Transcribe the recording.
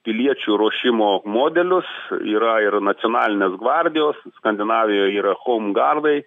piliečių ruošimo modelius yra ir nacionalinės gvardijos skandinavijoje yra homgardai